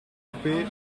coupés